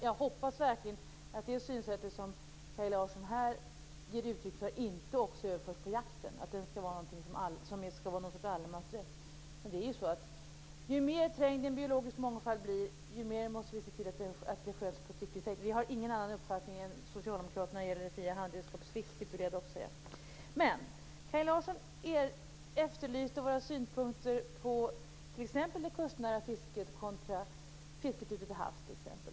Jag hoppas verkligen att det synsätt som Kaj Larsson här ger uttryck för inte också överförs på jakten, dvs. att det skall vara någon sorts allemansrätt. Ju mer trängd den biologiska mångfalden blir, desto mer måste vi se till att detta sköts på ett riktigt sätt. Jag vill dock säga att vi inte har någon annan uppfattning än Socialdemokraterna när det gäller det fria handredskapsfisket. Kaj Larsson efterlyste våra synpunkter på t.ex. det kustnära fisket kontra fisket ute i havs.